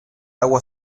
agua